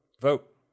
vote